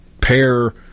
pair